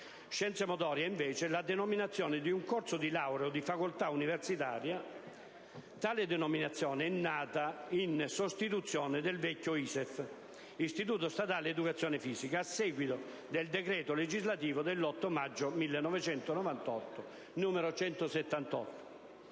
Scienze motorie è invece la denominazione di un corso di laurea o di facoltà universitaria. Tale denominazione è nata in sostituzione del vecchio ISEF (Istituto superiore di educazione fisica statale), a seguito del decreto legislativo dell'8 maggio 1998, n. 178.